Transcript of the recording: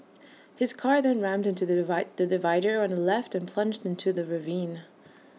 his car then rammed into the the divider on the left and plunged into the ravine